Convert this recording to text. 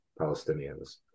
Palestinians